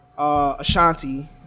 Ashanti